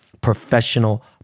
professional